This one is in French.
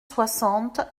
soixante